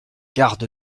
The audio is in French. garde